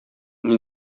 мин